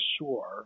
shore